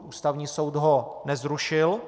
Ústavní soud ho nezrušil.